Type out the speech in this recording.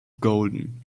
golden